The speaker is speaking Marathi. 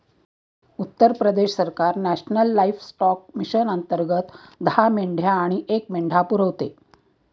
उत्तर प्रदेश सरकार नॅशनल लाइफस्टॉक मिशन अंतर्गत दहा मेंढ्या आणि एक मेंढा पुरवते